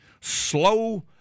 slow